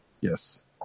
yes